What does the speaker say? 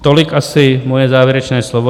Tolik asi moje závěrečné slovo.